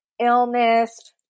illness